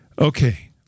Okay